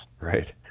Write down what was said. Right